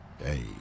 Hey